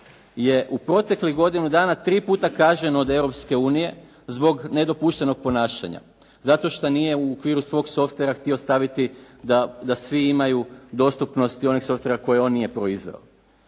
je u proteklih godinu dana tri puta kažnjen od Europske unije zbog nedopuštenog ponašanja, zato što nije u okviru svog softvera htio staviti da svi imaju dostupnost onih softvera koje on nije proizveo.